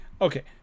Okay